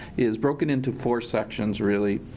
is broken into four sections really.